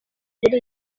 muri